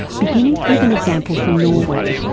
beginning with an example from norway.